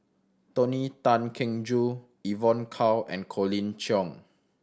Tony Tan Keng Joo Evon Kow and Colin Cheong